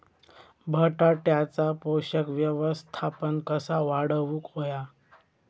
बटाट्याचा पोषक व्यवस्थापन कसा वाढवुक होया?